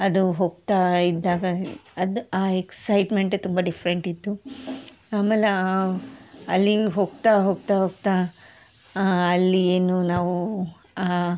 ಅದು ಹೋಗ್ತಾ ಇದ್ದಾಗ ಅದು ಆ ಎಕ್ಸೈಟ್ಮೆಂಟೆ ತುಂಬಾ ಡಿಫ್ರೆಂಟ್ ಇತ್ತು ಆಮೇಲೆ ಅಲ್ಲಿ ಹೋಗ್ತಾ ಹೋಗ್ತಾ ಹೋಗ್ತಾ ಅಲ್ಲಿ ಏನು ನಾವು ಆ